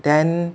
then